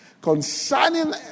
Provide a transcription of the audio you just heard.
Concerning